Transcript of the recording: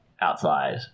outside